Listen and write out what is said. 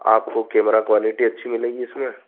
आपको camera quality अच्छी मिलेगी इसमें